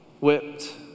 whipped